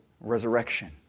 resurrection